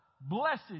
blessed